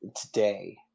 today